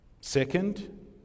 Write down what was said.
Second